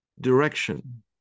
direction